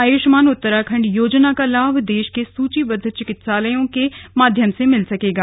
आयुष्मान उत्तराखण्ड योजना का लाभ देश के सूचीबद्ध चिकित्सालयों के माध्यम से मिल सकेगा